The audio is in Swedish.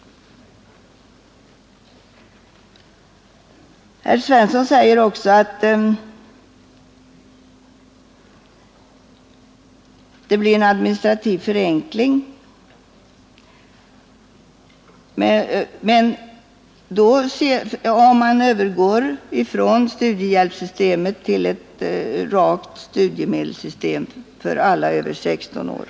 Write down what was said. Herr Svensson säger också att det blir en administrativ förenkling om man övergår från studiehjälpssystemet till ett rakt studiemedelssystem för alla över 16 år.